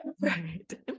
right